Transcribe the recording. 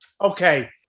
okay